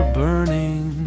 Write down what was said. burning